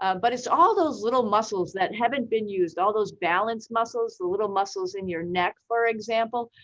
ah but it's all those little muscles that haven't been used. all those balanced muscles, the little muscles in your neck, for example.